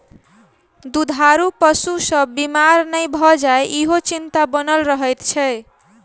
दूधारू पशु सभ बीमार नै भ जाय, ईहो चिंता बनल रहैत छै